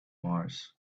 mars